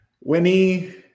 Winnie